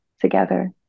together